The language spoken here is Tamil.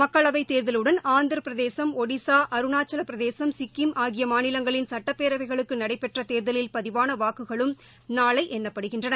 மக்களவைதேர்தலுடன் ஆந்திரப்பிரதேசம் ஒடிசா அருணாச்சலப்பிரதேசம் சிக்கிம் ஆகியமாநிலங்களின் சட்டப்பேரவைகளுக்குநடைபெற்றதேர்தலில் பதிவானவாக்குகளும் நாளைஎண்ணப்படுகின்றன